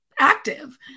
active